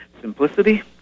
simplicity